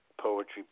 poetry